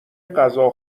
غذا